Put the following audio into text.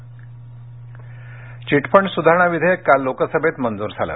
chit fund chit fund सुधारणा विधेयक काल लोकसभेत मंजूर झालं